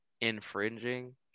infringing